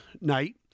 night